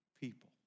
people